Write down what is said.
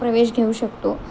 प्रवेश घेऊ शकतो